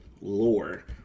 lore